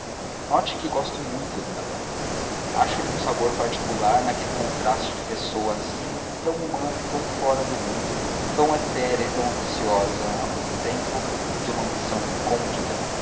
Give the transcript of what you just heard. note que gosto muito dela acho-lhe um sabor particular naquele contraste de uma pessoa assim tão humana e tão fora do mundo tão etérea e tão ambiciosa ao mesmo tempo de uma ambição